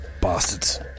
Bastards